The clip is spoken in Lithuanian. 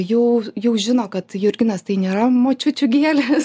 jau jau žino kad jurginas tai nėra močiučių gėlės